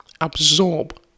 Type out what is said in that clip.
absorb